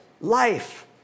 life